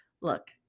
look